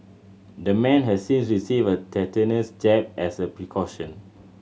the man has since received a tetanus jab as a precaution